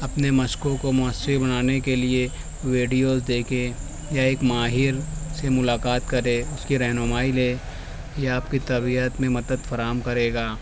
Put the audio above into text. اپنے مشقوں کو مؤثر بنانے کے لیے ویڈیوز دیکھے یا ایک ماہر سے ملاقات کرے اس کی رہنمائی لے یہ آپ کی طبیعت میں مدد فراہم کرے گا